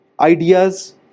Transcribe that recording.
ideas